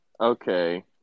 Okay